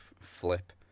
flip